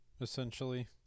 essentially